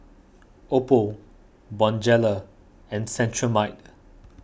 Oppo Bonjela and Cetrimide